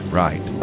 right